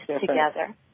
together